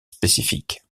spécifiques